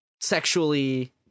sexually